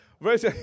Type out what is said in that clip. Verse